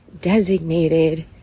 designated